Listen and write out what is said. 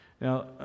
Now